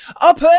up